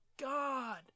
god